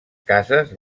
cases